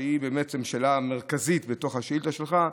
שהיא השאלה המרכזית בתוך השאילתה שלך,